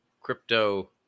crypto